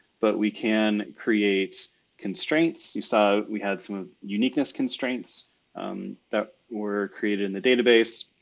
but we can create constraints. you saw we had some uniqueness constraints that were created in the database.